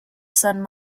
son